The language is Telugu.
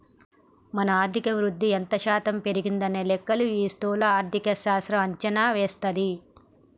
మన ఆర్థిక వృద్ధి ఎంత శాతం పెరిగిందనే లెక్కలు ఈ స్థూల ఆర్థిక శాస్త్రం అంచనా వేస్తది